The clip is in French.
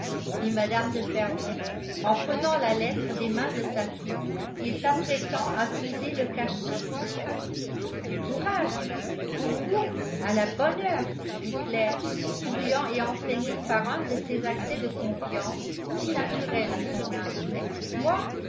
dit mme de fermont en prenant la lettre des mains de sa fille et s'apprêtant à briser le cachet du courage pour vous à la bonne heure dit claire souriant et entraînée par un de ces accès de confiance si naturels à son âge moi